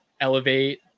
elevate